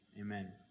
Amen